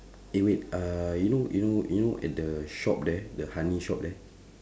eh wait err you know you know you know at the shop there the honey shop there